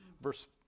verse